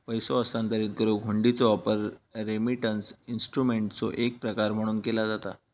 पैसो हस्तांतरित करुक हुंडीचो वापर रेमिटन्स इन्स्ट्रुमेंटचो एक प्रकार म्हणून केला जाता